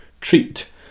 treat